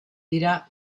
dira